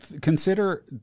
consider